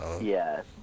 Yes